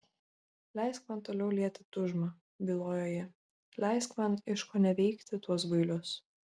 leisk man toliau lieti tūžmą bylojo ji leisk man iškoneveikti tuos bailius